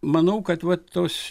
manau kad vat tos